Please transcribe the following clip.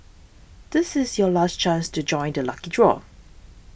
this is your last chance to join the lucky draw